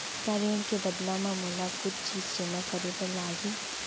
का ऋण के बदला म मोला कुछ चीज जेमा करे बर लागही?